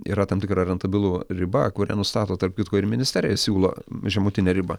yra tam tikra rentabilu riba kurią nustato tarp kitko ir ministerija siūlo žemutinę ribą